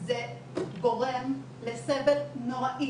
זה גורם לסבל נוראי,